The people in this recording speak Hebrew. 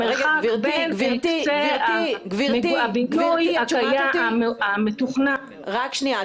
המרחק בין קצה הבינוי המתוכנן --- שנייה,